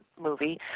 movie